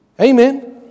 Amen